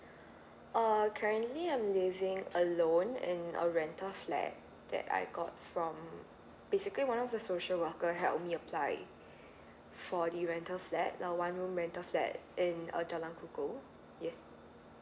uh currently I'm living alone in a rental flat that I got from basically one of the social worker help me applied for the rental flat a one room rental flat in uh jalan kuku yes